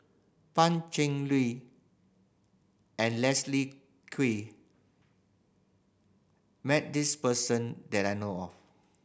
Pan Cheng Lui and Leslie Kee met this person that I know of